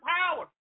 power